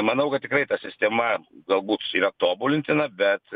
manau kad tikrai ta sistema galbūt yra tobulintina bet